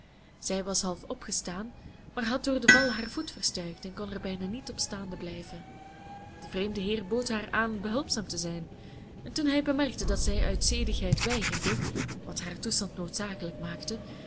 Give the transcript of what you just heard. zij was half opgestaan maar had door den val haar voet verstuikt en kon er bijna niet op staande blijven de vreemde heer bood aan haar behulpzaam te zijn en toen hij bemerkte dat zij uit zedigheid weigerde wat haar toestand noodzakelijk maakte